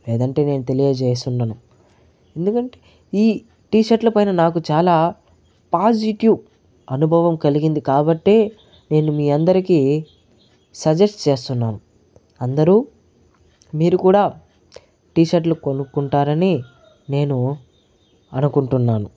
లేదంటే నేను తెలియచేయను ఎందుకంటే ఈ టీ షర్ట్లపై నాకు చాలా పాజిటివ్ అనుభవం కలిగింది కాబట్టి నేను మీ అందరికీ సజెస్ట్ చేస్తున్నాను అందరూ మీరు కూడా టీ షర్ట్లు కొనుకుంటారని నేను అనుకుంటున్నాను